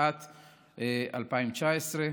התשע"ט 2019,